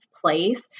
place